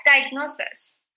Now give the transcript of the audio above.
diagnosis